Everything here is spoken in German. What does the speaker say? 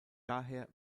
daher